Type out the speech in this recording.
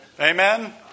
Amen